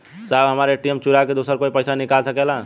साहब हमार ए.टी.एम चूरा के दूसर कोई पैसा निकाल सकेला?